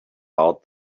out